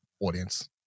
audience